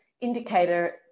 indicator